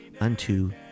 unto